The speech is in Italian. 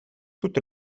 tutto